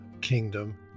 kingdom